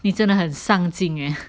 你真的很上进 eh